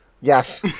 Yes